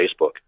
Facebook